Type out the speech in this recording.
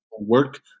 work